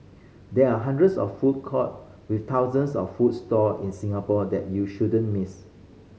there are hundreds of food court with thousands of food stall in Singapore that you shouldn't miss